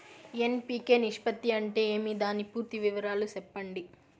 NPK నిష్పత్తి అంటే ఏమి దాని పూర్తి వివరాలు సెప్పండి?